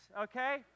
okay